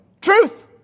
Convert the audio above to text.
truth